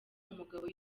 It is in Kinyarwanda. umugabo